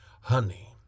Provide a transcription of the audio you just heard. honey